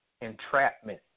entrapment